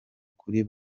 kuri